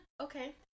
Okay